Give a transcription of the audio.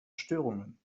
störungen